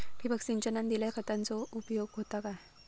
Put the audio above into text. ठिबक सिंचनान दिल्या खतांचो उपयोग होता काय?